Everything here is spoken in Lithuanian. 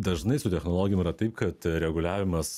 dažnai su technologijom yra taip kad reguliavimas